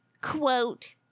quote